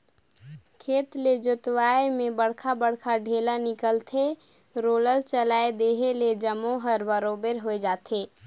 खेत ल जोतवाए में बड़खा बड़खा ढ़ेला निकलथे, रोलर चलाए देहे ले जम्मो हर बरोबर होय जाथे